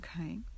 Okay